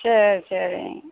சரி சரி